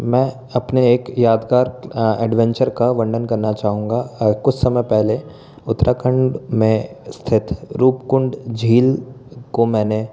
मैं अपने एक यादगार एडवेंचर का वर्णन करना चाहूँगा कुछ समय पहले उत्तराखंड में स्थित रूप कुंड झील को मैंने